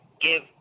give